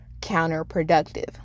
counterproductive